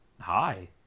hi